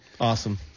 Awesome